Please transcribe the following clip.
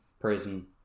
prison